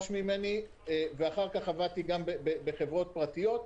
ואחר כך עבדתי גם בחברות פרטיות.